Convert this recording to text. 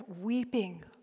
weeping